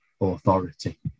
authority